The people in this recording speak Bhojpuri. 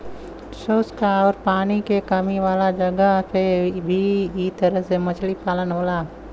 शुष्क आउर पानी के कमी वाला जगह पे भी इ तरह से मछली पालन होला